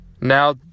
Now